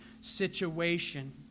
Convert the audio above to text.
situation